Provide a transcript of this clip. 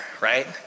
right